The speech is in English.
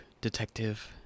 Detective